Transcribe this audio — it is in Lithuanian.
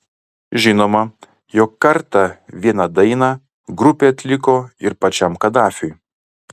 žinoma jog kartą vieną dainą grupė atliko ir pačiam kadafiui